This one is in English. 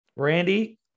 Randy